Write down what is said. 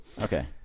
Okay